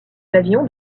pavillon